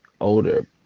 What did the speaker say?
older